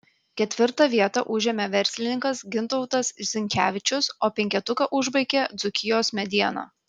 ketvirtą vietą užėmė verslininkas gintautas zinkevičius o penketuką užbaigė dzūkijos mediena